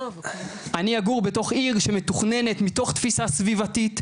אני אגור בתוך עיר שמתוכננת מתוך תפיסה סביבתית,